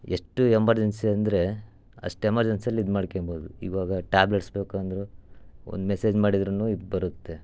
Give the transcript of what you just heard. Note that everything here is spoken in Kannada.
ಎಷ್ಟು ಎಂಬರ್ಜೆನ್ಸಿ ಅಂದರೆ ಅಷ್ಟು ಎಮರ್ಜೆನ್ಸೀಲಿ ಇದು ಮಾಡ್ಕಂಬೋದು ಇವಾಗ ಟ್ಯಾಬ್ಲೆಟ್ಸ್ ಬೇಕಂದರೂ ಒಂದು ಮೆಸೇಜ್ ಮಾಡಿದ್ರು ಇದು ಬರುತ್ತೆ